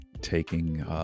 taking